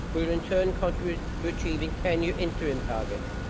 will, in turn, contribute to achieving ten year interim targets.